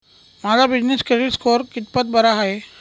माझा business credit score कितपत बरा आहे?